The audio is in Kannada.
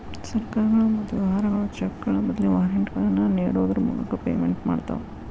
ಸರ್ಕಾರಗಳು ಮತ್ತ ವ್ಯವಹಾರಗಳು ಚೆಕ್ಗಳ ಬದ್ಲಿ ವಾರೆಂಟ್ಗಳನ್ನ ನೇಡೋದ್ರ ಮೂಲಕ ಪೇಮೆಂಟ್ ಮಾಡ್ತವಾ